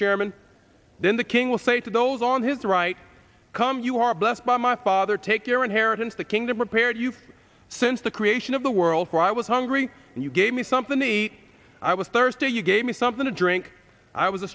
chairman then the king will say to those on his right come you are blessed by my father take your inheritance the kingdom prepared you since the creation of the world for i was hungry and you gave me something to eat i was thirsty you gave me something to drink i was a